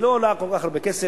היא לא עולה כל כך הרבה כסף,